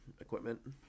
equipment